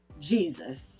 Jesus